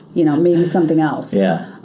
you know maybe something else. yeah